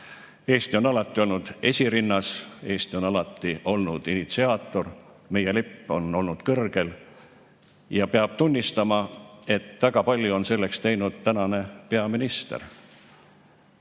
Eesti on alati olnud esirinnas, Eesti on alati olnud initsiaator, meie lipp on olnud kõrgel. Ja peab tunnistama, et väga palju on selleks teinud tänane peaminister.